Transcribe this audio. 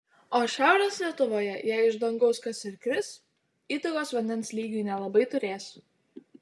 o šiaurės lietuvoje jei iš dangaus kas ir kris įtakos vandens lygiui nelabai turės